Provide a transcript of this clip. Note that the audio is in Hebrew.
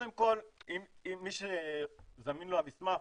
מי שזמין לו המסמך,